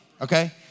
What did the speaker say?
okay